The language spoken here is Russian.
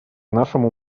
нашему